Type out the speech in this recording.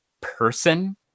person